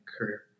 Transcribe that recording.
career